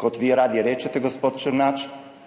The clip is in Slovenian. kot vi radi rečete, gospod Černač,